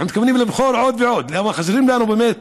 אנחנו מתכוונים לבחור עוד ועוד, כי חסרים לנו באמת